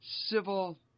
civil